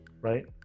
right